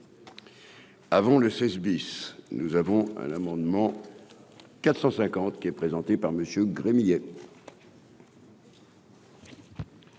Avant le 16 bis, nous avons à l'amendement 450 qui est présenté par Monsieur Gremillet.